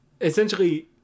essentially